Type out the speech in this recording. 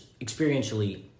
experientially